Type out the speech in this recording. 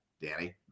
Danny